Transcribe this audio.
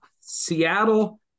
Seattle